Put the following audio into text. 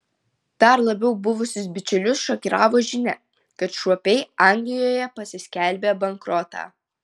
dar labiau buvusius bičiulius šokiravo žinia kad šuopiai anglijoje pasiskelbė bankrotą